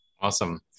Awesome